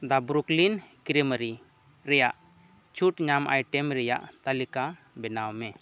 ᱫᱟ Brooklyn Creamery ᱨᱮᱱᱟᱜ ᱪᱷᱩᱴ ᱧᱟᱢ ᱟᱭᱴᱮᱢ ᱨᱮᱱᱟᱜ ᱛᱟᱞᱤᱠᱟ ᱵᱮᱱᱟᱣᱢᱮ